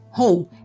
Hey